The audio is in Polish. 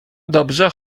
dobrze